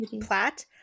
Platt